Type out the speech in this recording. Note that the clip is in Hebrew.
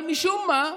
אבל משום מה,